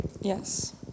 Yes